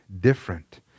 different